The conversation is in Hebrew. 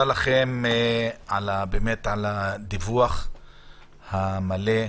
תודה לכם באמת על הדיווח המלא,